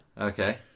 Okay